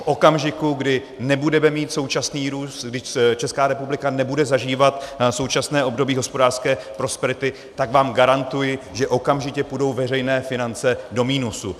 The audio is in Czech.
V okamžiku, kdy nebudeme mít současný růst, kdy Česká republika nebude zažívat současné období hospodářské prosperity, tak vám garantuji, že okamžitě půjdou veřejné finance do minusu.